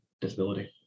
disability